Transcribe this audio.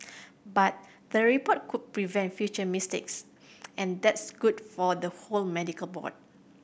but the report could prevent future mistakes and that's good for the whole medical board